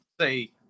say